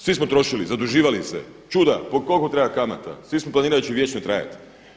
Svi smo trošili, zaduživali se, čuda, koliko treba kamata, svi smo planirali da će vječno trajati.